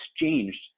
exchanged